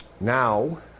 now